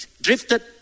Drifted